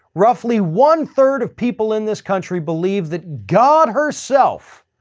roughly one third of people in this country believe that god herself.